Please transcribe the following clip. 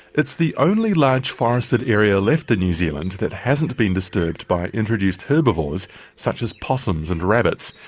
it's the only large forested area left in new zealand that hasn't been disturbed by introduced herbivores such as possums and rabbits,